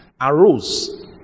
arose